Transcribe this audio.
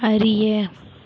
அறிய